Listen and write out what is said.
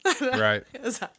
Right